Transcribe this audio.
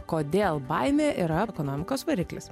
kodėl baimė yra ekonomikos variklis